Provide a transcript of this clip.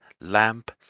lamp